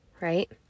right